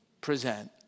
present